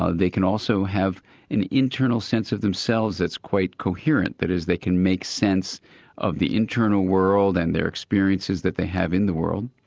ah they can also have an internal sense of themselves that's quite coherent, that is they can make sense of the internal world and their experiences that they have in the world.